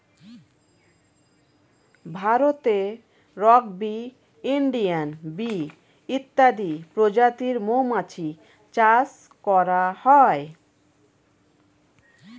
ভারতে rock bee, Indian bee ইত্যাদি প্রজাতির মৌমাছি চাষ করা হয়